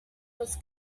was